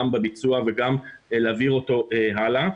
גם בביצוע וגם להעביר אותו הלאה,